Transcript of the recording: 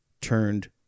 turned